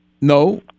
No